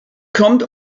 kommt